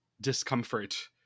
discomfort